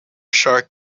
shark